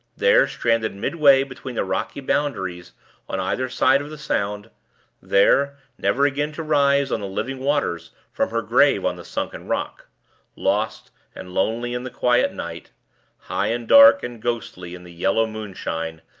there, stranded midway between the rocky boundaries on either side of the sound there, never again to rise on the living waters from her grave on the sunken rock lost and lonely in the quiet night high, and dark, and ghostly in the yellow moonshine,